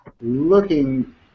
looking